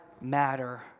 matter